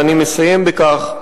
ואני מסיים בכך,